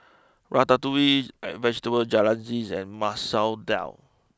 Ratatouille Vegetable Jalfrezi and Masoor Dal